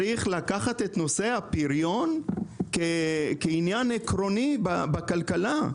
לקחת את נושא הפריון כעניין עקרוני בכלכלה.